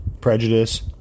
prejudice